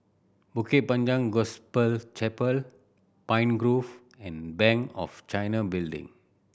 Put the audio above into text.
Bukit Panjang Gospel Chapel Pine Grove and Bank of China Building